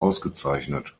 ausgezeichnet